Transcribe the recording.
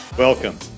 Welcome